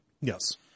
Yes